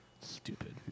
Stupid